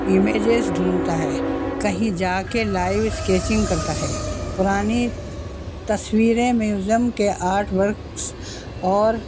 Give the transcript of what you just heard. images ڈھونڈتا ہے کہیں جا کے لائیو اسکیچنگ کرتا ہے پرانی تصویریں میوزیم کے آرٹ ورکس اور